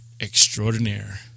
extraordinaire